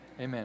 Amen